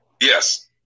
Yes